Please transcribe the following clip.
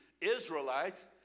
Israelites